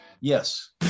Yes